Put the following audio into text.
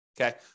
okay